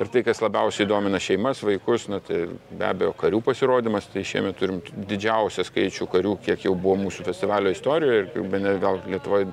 ir tai kas labiausiai domina šeimas vaikus tai be abejo karių pasirodymas tai šiemet turim didžiausią skaičių karių kiek jau buvo mūsų festivalio istorijoj bene gal lietuvoj